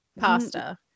Pasta